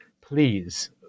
please